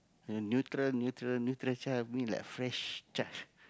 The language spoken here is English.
a neutral neutral neutral child mean like fresh child